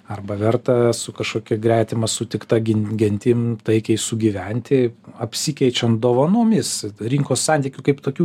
arba verta su kažkokia gretima sutikta gen gentim taikiai sugyventi apsikeičian dovanomis rinkos santykių kaip tokių